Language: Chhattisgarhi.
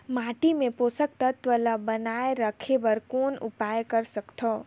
माटी मे पोषक तत्व ल बनाय राखे बर कौन उपाय कर सकथव?